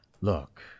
Look